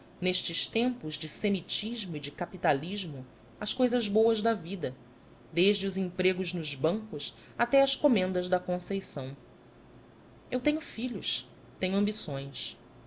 nestes tempos de semitismo e de capitalismo as cousas boas da vida desde os empregos nos bancos até as comendas da conceição eu tenho filhos tenho ambições